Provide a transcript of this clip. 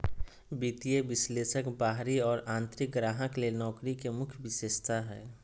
वित्तीय विश्लेषक बाहरी और आंतरिक ग्राहक ले नौकरी के मुख्य विशेषता हइ